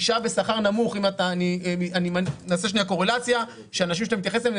אישה בשכר נמוך נעשה לרגע קורלציה שהנשים שאתה מתייחס אליהן,